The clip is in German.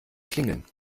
klingeln